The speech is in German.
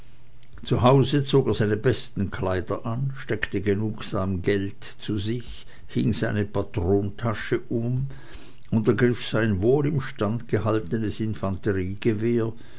hause zog er seine besten kleider an steckte genugsam geld zu sich hing seine patrontasche um und ergriff sein wohl im stand gehaltenes infanteriegewehr